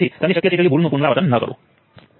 તેથી આ nodal analysis તે કરવાની એક રીત છે